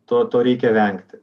to to reikia vengti